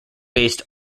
based